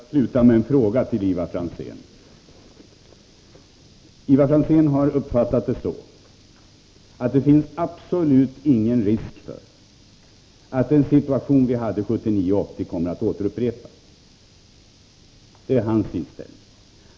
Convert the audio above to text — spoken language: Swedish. Herr talman! Jag måste sluta med att ställa en fråga till Ivar Franzén. Ivar Franzén har uppfattat det så, att det absolut inte finns någon risk för att den situation vi hade 1979 och 1980 kommer att upprepas. Det är hans inställning.